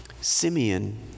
Simeon